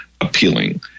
appealing